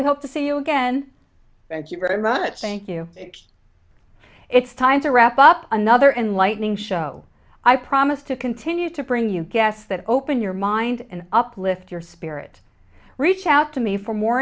we hope to see you again thank you very much thank you it's time to wrap up another enlightening show i promise to continue to bring you guess that open your mind and uplift your spirit reach out to me for more